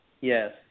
Yes